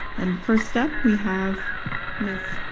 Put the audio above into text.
and first up, we have miss,